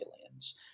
aliens